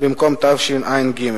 במקום תשע"ג.